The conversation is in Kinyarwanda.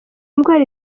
ndwara